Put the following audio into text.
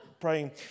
praying